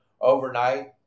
overnight